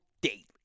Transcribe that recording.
daily